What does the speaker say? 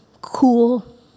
cool